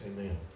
Amen